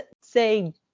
say